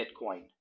Bitcoin